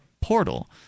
portal